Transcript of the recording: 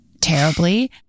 terribly